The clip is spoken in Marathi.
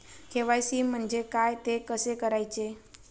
के.वाय.सी म्हणजे काय? ते कसे करायचे?